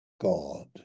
god